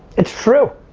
it's true.